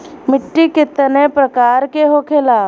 मिट्टी कितने प्रकार के होखेला?